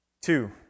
Two